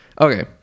Okay